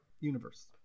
universe